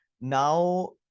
Now